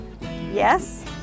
Yes